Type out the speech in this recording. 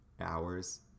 hours